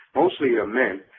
mostly ah men,